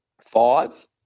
Five